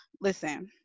listen